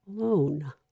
alone